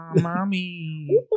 mommy